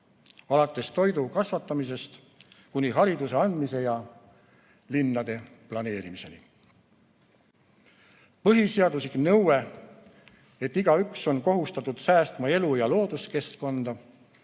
alates toidu kasvatamisest kuni hariduse andmise ja linnade planeerimiseni. Põhiseaduslik nõue, et igaüks on kohustatud säästma elu- ja looduskeskkonda,